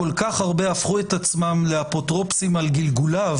כל כך הרבה הפכו את עצמם לאפוטרופוסים על גלגוליו,